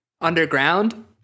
underground